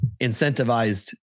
incentivized